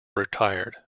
retired